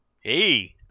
Hey